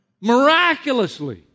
miraculously